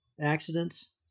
accidents